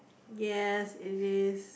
yes it is